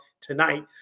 tonight